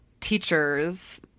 teachers